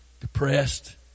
depressed